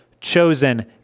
chosen